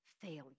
failure